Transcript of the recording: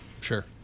Sure